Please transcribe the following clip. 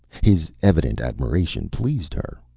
his evident admiration pleased her.